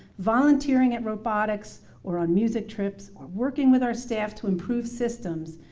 volunteering at robotics or on music trips or working with our staff to improve systems,